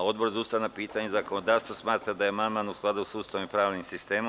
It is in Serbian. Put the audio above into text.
Odbor za ustavna pitanja i zakonodavstvo smatra da je amandman u skladu sa Ustavom i pravnim sistemom.